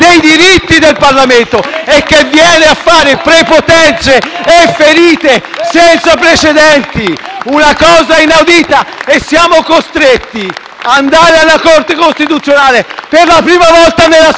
dei diritti del Parlamento e viene a fare prepotenze e ferite senza precedenti. È una cosa inaudita e siamo costretti ad andare alla Corte costituzionale per la prima volta nella storia